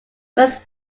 most